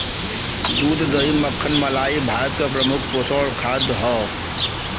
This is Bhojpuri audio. दूध दही मक्खन मलाई भारत क प्रमुख पोषक खाद्य हौ